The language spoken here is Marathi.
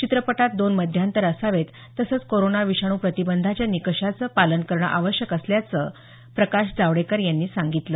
चित्रपटात दोन मध्यांतर असावेत तसंच कोरोना विषाणू प्रतिबंधाच्या निकषांचं पालन करणं आवश्यक असल्याचं जावडेकर यांनी सांगितलं